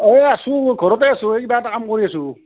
অঁ এই আছো ঘৰতে আছোঁ এই কিবা এটা কাম কৰি আছো